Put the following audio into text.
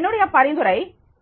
என்னுடைய பரிந்துரை